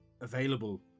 available